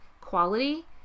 quality